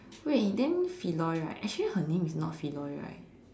wait then Feloy right actually her name is not Feloy right